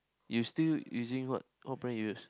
you still using what what brand you use